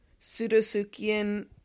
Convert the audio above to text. pseudosuchian